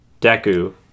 Deku